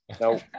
No